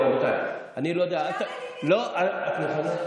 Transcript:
רבותיי, אני לא יודע, אפשר להגיד, את מוכנה?